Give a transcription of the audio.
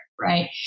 right